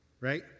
Right